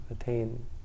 attain